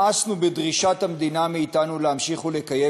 מאסנו בדרישת המדינה מאתנו להמשיך ולקיים